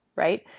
Right